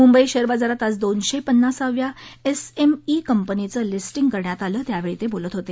Mumbai share बाजारात आज दोनशे पन्नासाव्या एस एम ई कंपनीचं लिस्थीं करण्यात आलं त्यावेळी ते बोलत होते